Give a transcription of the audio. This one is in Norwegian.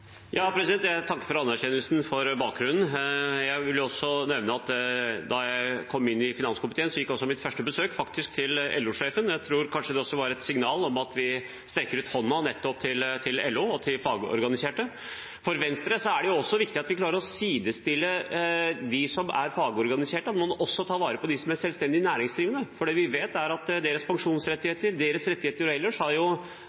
finanskomiteen, gikk mitt første besøk faktisk til LO-sjefen. Jeg tror det var et signal om at vi nettopp strekker ut hånden til LO og til fagorganiserte. For Venstre er det også viktig at vi klarer å sidestille dem som er fagorganisert, med dem som er selvstendig næringsdrivende, at vi også må ta vare på dem. For det vi vet, er at deres